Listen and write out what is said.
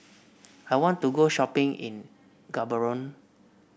I want to go shopping in Gaborone